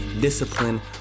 discipline